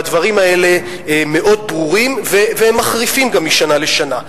והדברים האלה מאוד ברורים והם מחריפים גם משנה לשנה.